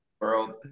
world